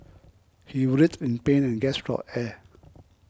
he writhed in pain and gasped for air